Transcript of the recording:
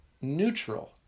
neutral